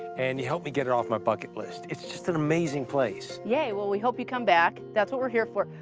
and you helped me get it off my bucket list. it's just an amazing place. yeah we hope you come back, that's what we're here for.